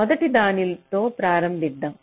మొదటి దానితో ప్రారంభిద్దాం